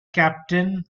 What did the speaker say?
captain